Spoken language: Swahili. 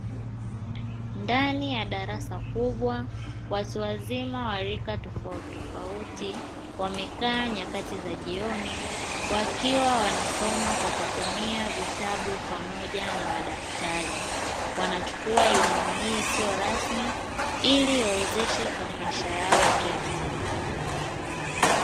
Ndani ya darasa kubwa, watu wazima wa rika tofautitofauti wamekaa nyakati za jioni wakiwa wanasoma kwa kutumia vitabu na madaftari. Wanachukua elimu hii isiyo rasmi ili iwawezeshe kwenye maisha yao ya kila siku.